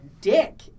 dick